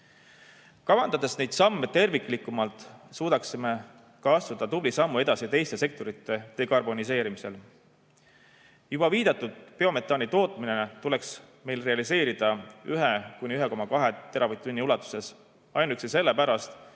Kavandades neid samme terviklikumalt, suudaksime ka astuda tubli sammu edasi teiste sektorite dekarboniseerimisel. Viidatud biometaani tootmine tuleks meil realiseerida 1–1,2 teravatt-tunni ulatuses ainuüksi sellepärast, et